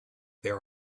there